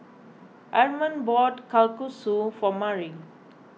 Armond bought Kalguksu for Mari